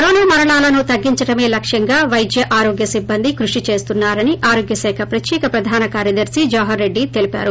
corona మరణాలను తగ్గించడమే లక్ష్యంగా వైద్య ఆరోగ్య సిబ్బంది కృషి చేస్తున్సారని ఆరోగ్యశాఖ ప్రత్యేక ప్రధాన కార్యదర్ని జవహర్ రెడ్డి తెలిపారు